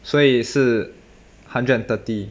所以是 hundred and thirty